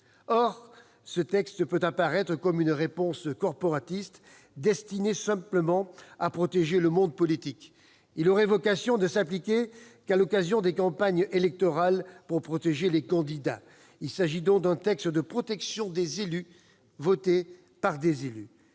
Or ce texte peut apparaître comme une réponse corporatiste, destinée simplement à protéger le monde politique. Il aurait vocation à ne s'appliquer qu'à l'occasion des campagnes électorales pour protéger les candidats. Il s'agit donc d'un texte de protection des élus, voté par des élus.